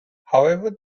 however